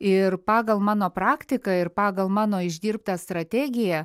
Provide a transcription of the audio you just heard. ir pagal mano praktiką ir pagal mano išdirbtą strategiją